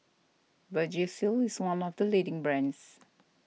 Vagisil is one of the leading brands